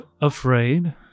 afraid